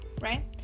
right